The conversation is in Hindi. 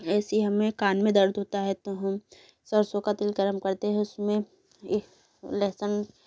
ऐसे ही हमें कान में दर्द होता है तो हम सरसों का तेल गर्म करते हैं उस में लेहसुन